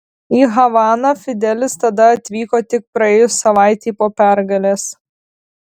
į havaną fidelis tada atvyko tik praėjus savaitei po pergalės